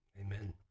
Amen